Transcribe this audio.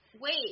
Wait